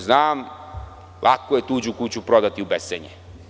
Znam, lako je tuđu kuću prodati u bescenje.